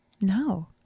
No